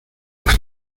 far